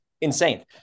insane